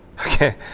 Okay